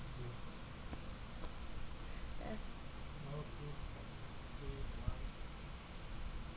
uh